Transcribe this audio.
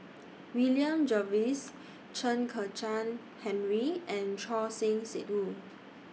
William Jervois Chen Kezhan Henri and Choor Singh Sidhu